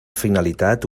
finalitat